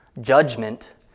Judgment